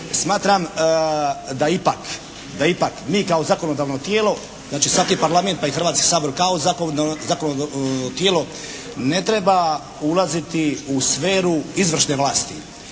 smatram da ipak mi kao zakonodavno tijelo, znači svaki Parlament, pa i Hrvatski sabor kao zakonodavno tijelo ne treba ulaziti u sferu izvršne vlasti.